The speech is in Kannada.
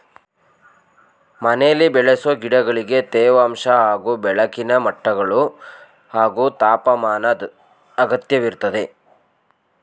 ಮನೆಲಿ ಬೆಳೆಸೊ ಗಿಡಗಳಿಗೆ ತೇವಾಂಶ ಹಾಗೂ ಬೆಳಕಿನ ಮಟ್ಟಗಳು ಹಾಗೂ ತಾಪಮಾನದ್ ಅಗತ್ಯವಿರ್ತದೆ